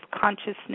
consciousness